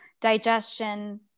digestion